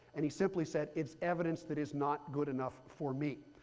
and he simply said, it's evidence that is not good enough for me.